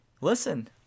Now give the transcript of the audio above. Listen